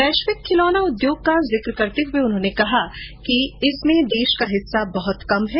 वैश्विक खिलौना उद्योग का जिक करते हुए उन्होंने कहा कि इसमें देश का हिस्सा बहत कम है